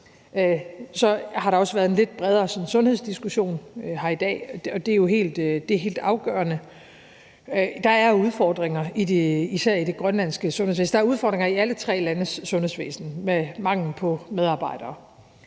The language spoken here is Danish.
så har der også været en lidt bredere sundhedsdiskussionen her i dag, og det er jo helt afgørende. Der er udfordringer især i det grønlandske sundhedsvæsen. Der er udfordringer i alle tre landes sundhedsvæsener med mangel på medarbejdere,